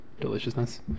Deliciousness